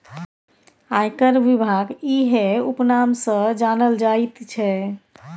आयकर विभाग इएह उपनाम सँ जानल जाइत छै